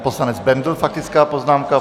Poslanec Bendl, faktická poznámka.